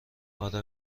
آره